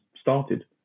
started